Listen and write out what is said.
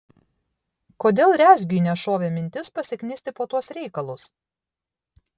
kodėl rezgiui nešovė mintis pasiknisti po tuos reikalus